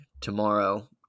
tomorrow